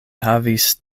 havis